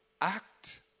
act